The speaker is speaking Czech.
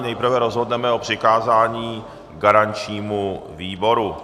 Nejprve rozhodneme o přikázání garančnímu výboru.